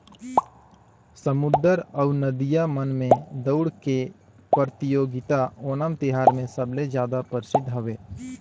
समुद्दर अउ नदिया मन में दउड़ के परतियोगिता ओनम तिहार मे सबले जादा परसिद्ध हवे